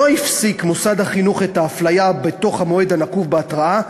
לא הפסיק מוסד החינוך את ההפליה בתוך המועד הנקוב בהתראה,